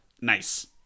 Nice